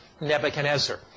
Nebuchadnezzar